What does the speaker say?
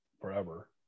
forever